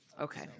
Okay